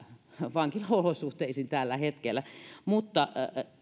vankilaolosuhteisiin tällä hetkellä mutta